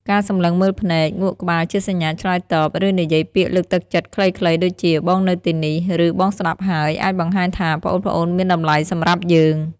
ការសម្លឹងមើលភ្នែក ងក់ក្បាលជាសញ្ញាឆ្លើយតប ឬនិយាយពាក្យលើកទឹកចិត្តខ្លីៗ ដូចជា បងនៅទីនេះ ឬ បងស្តាប់ហើយ អាចបង្ហាញថាប្អូនៗមានតម្លៃសម្រាប់យើង។